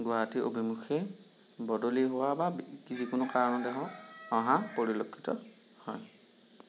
গুৱাহাটী অভিমুখে বদলি হোৱা বা যিকোনো কাৰণ হওঁক অহা পৰিলক্ষিত হয়